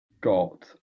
got